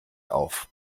auf